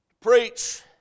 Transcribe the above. preach